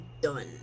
done